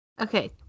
okay